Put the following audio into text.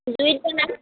জুইত বনাম